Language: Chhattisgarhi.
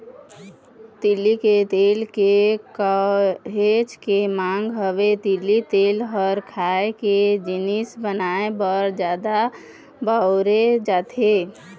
तिली के तेल के काहेच के मांग हवय, तिली तेल ह खाए के जिनिस बनाए बर जादा बउरे जाथे